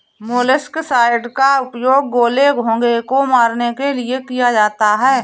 molluscicides का उपयोग गोले, घोंघे को मारने के लिए किया जाता है